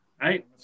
right